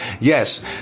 Yes